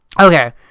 Okay